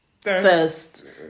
first